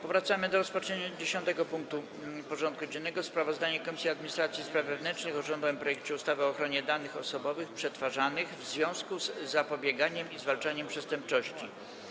Powracamy do rozpatrzenia punktu 10. porządku dziennego: Sprawozdanie Komisji Administracji i Spraw Wewnętrznych o rządowym projekcie ustawy o ochronie danych osobowych przetwarzanych w związku z zapobieganiem i zwalczaniem przestępczości.